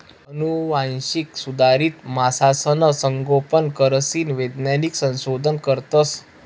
आनुवांशिक सुधारित मासासनं संगोपन करीसन वैज्ञानिक संशोधन करतस